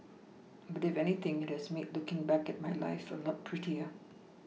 but if anything it has made looking back at my life a lot prettier